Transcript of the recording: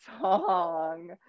song